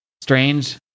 strange